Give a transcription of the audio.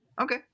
Okay